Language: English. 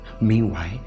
Meanwhile